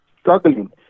struggling